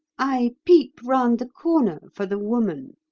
i peep round the corner for the woman.